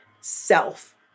self